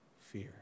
fear